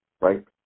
right